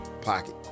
pocket